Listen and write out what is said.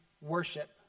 worship